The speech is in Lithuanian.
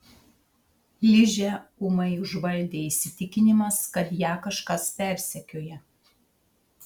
ližę ūmai užvaldė įsitikinimas kad ją kažkas persekioja